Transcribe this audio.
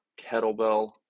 kettlebell